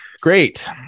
Great